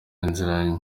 nzira